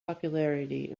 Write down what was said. popularity